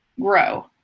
grow